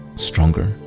Stronger